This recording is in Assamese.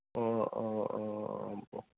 অঁ অঁ অঁ অঁ